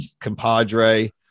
compadre